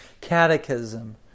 catechism